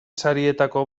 sarietako